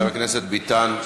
חבר הכנסת ביטן,